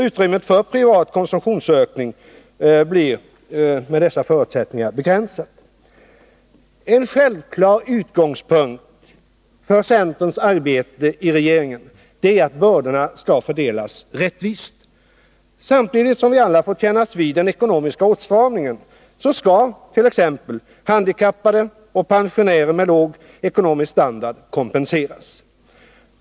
Utrymmet för privat konsumtionsökning blir med dessa förutsättningar mycket begränsat. En självklar utgångspunkt för centerns arbete i regeringen är att bördorna skall fördelas rättvist. Samtidigt som vi alla får kännas vid den ekonomiska åtstramningen, skall t.ex. handikappade och pensionärer med låg ekonomisk standard kompenseras.